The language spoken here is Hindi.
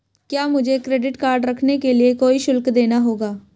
क्या मुझे क्रेडिट कार्ड रखने के लिए कोई शुल्क देना होगा?